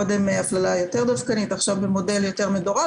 קודם הפללה יותר דווקנית עכשיו במודל יותר מדורג,